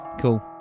cool